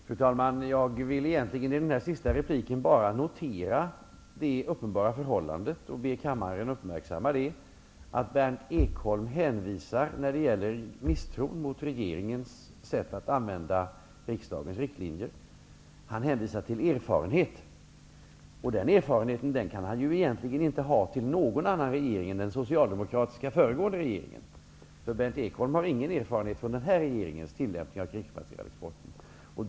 Fru talman! I den här sista repliken vill jag egentligen bara notera det uppenbara förhållandet -- jag ber kammaren uppmärksamma det -- att Berndt Ekholm hänvisar till erfarenhet när det gäller misstron mot regeringens sätt att använda riksdagens riktlinjer. Den erfarenheten kan han egentligen inte ha från någon annan regering än den föregående socialdemokratiska regeringen. Berndt Ekholm har ingen erfarenhet från den nuvarande regeringens tillämpning av krigsmaterialexporten.